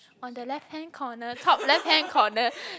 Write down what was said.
on the left hand corner top left hand corner